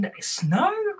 Snow